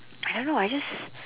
I don't know I just